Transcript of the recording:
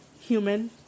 human